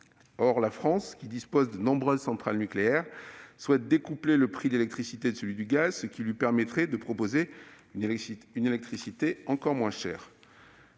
Or la France, qui dispose de nombreuses centrales nucléaires, souhaite découpler le prix de l'électricité de celui du gaz, ce qui lui permettrait de proposer une électricité encore moins chère,